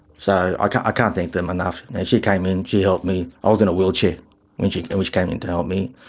so i can't i can't thank them enough. and and she came in, she helped me. i was in a wheelchair when she and came in to help me,